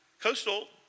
Coastal